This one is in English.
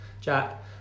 Jack